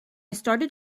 started